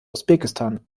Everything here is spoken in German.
usbekistan